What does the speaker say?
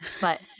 But-